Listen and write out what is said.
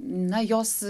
na jos